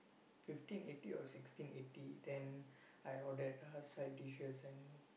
fifteen eighty or sixteen eighty then I ordered other side dishes and